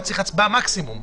זה המקסימום,